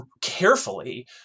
carefully